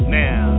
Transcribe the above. now